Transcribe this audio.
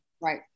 right